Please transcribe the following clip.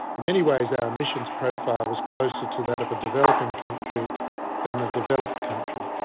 in many ways our emissions' profile was closer to that of a developing country than a developed country.